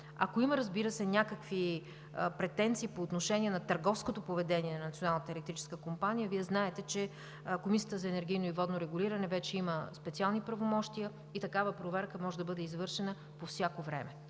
Ако има, разбира се, някакви претенции по отношение на търговското поведение на Националната електрическа компания, Вие знаете, че Комисията за енергийно и водно регулиране вече има специални правомощия и такава проверка може да бъде извършена по всяко време.